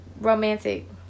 romantic